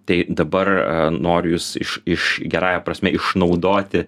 tai dabar noriu jus iš iš gerąja prasme išnaudoti